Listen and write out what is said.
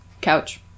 couch